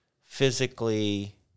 physically